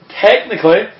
technically